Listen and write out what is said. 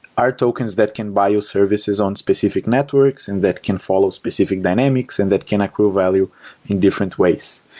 our tokens that can bio services on specific networks and that can follow specific dynamics and that can accrue value in different ways.